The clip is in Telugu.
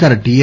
అధికార టి